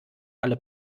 alle